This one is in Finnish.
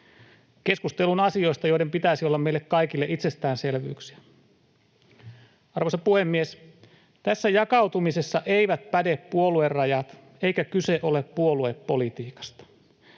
keskusteluun asioista, joiden pitäisi olla meille kaikille itsestäänselvyyksiä. Arvoisa puhemies! Tässä jakautumisessa eivät päde puoluerajat, eikä kyse ole puoluepolitiikasta.